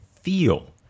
feel